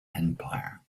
empire